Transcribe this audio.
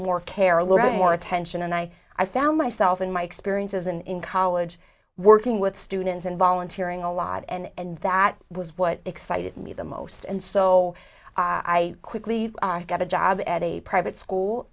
little more attention and i i found myself in my experiences and in college working with students and volunteer in a lot and that was what excited me the most and so i quickly got a job at a private school